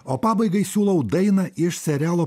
o pabaigai siūlau dainą iš serialo